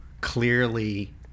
clearly